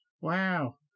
Wow